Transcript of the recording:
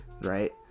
right